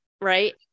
right